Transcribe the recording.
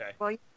Okay